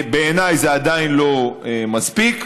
בעיניי זה עדיין לא מספיק,